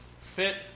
fit